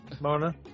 Mona